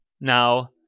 now